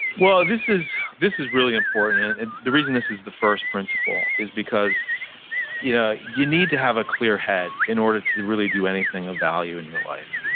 well, this is this is really important. and the reason this is the first principle is because you know you need to have a clear head in order to really do anything of value in your life,